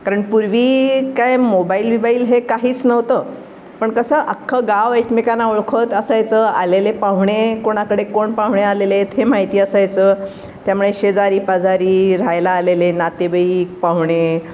कारण पूर्वी काय मोबाईल बिबाईल हे काहीच नव्हतं पण कसं अख्खं गाव एकमेकांना ओळखत असायचं आलेले पाहुणे कोणाकडे कोण पाहुणे आलेले आहेत हे माहिती असायचं त्यामुळे शेजारी पाजारी राहायला आलेले नातेवाईक पाहुणे